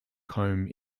comb